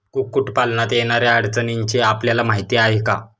कुक्कुटपालनात येणाऱ्या अडचणींची आपल्याला माहिती आहे का?